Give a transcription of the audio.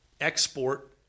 export